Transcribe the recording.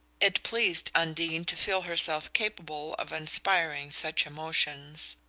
it pleased undine to feel herself capable of inspiring such emotions.